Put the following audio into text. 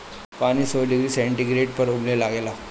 पानी सौ degree centigrade पर उबले लागेला